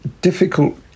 difficult